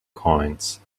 coins